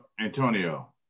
Antonio